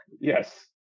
yes